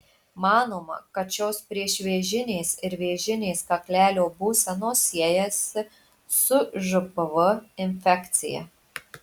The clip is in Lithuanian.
manoma kad šios priešvėžinės ir vėžinės kaklelio būsenos siejasi su žpv infekcija